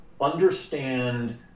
understand